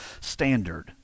standard